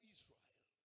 Israel